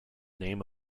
name